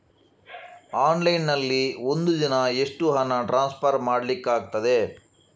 Online ನಲ್ಲಿ ಒಂದು ದಿನ ಎಷ್ಟು ಹಣ ಟ್ರಾನ್ಸ್ಫರ್ ಮಾಡ್ಲಿಕ್ಕಾಗ್ತದೆ?